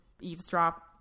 eavesdrop